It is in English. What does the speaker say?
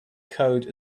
code